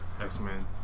X-Men